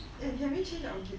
eh can we change our gate